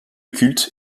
culte